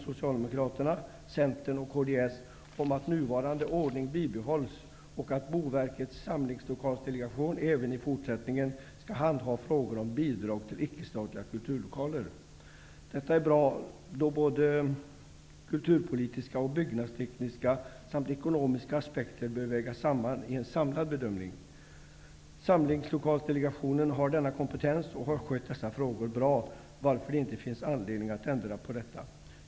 Socialdemokraterna, Centern och kds om att nuvarande ordning bibehålls och att Boverkets samlingslokalsdelegation även i fortsättningen skall handha frågor om bidrag till icke-statliga kulturlokaler. Det är bra, då både kulturpolitiska och byggnadstekniska samt ekonomiska aspekter bör vägas in i en samlad bedömning. Samlingslokalsdelegationen har denna kompetens och har skött dessa frågor bra, varför det inte finns anledning att ändra på något.